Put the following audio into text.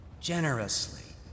generously